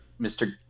mr